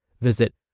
Visit